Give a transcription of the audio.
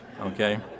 okay